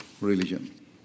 religion